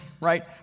right